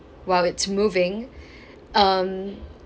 while it's moving um